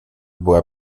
była